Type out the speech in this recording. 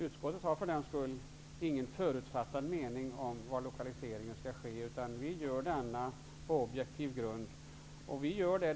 Utskottet har ingen förutfattad mening om var lokaliseringen skall ske, utan vi gör denna beredning på objektiv grund.